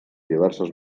diverses